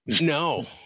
No